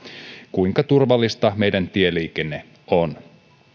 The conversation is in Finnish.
kuinka turvallista meidän tieliikenteemme on